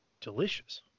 Delicious